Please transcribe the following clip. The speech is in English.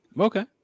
Okay